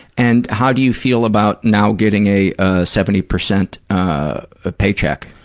and how do you feel about now getting a seventy percent ah ah paycheck?